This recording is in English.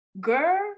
Girl